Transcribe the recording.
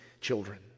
children